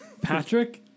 Patrick